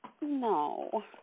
no